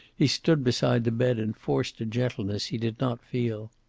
he stood beside the bed, and forced a gentleness he did not feel.